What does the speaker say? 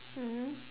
mmhmm